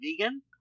vegan